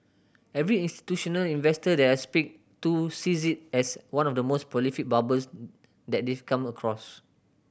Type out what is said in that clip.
every institutional investor that I speak to sees it as one of the most prolific bubbles that they've come across